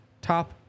top